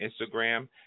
Instagram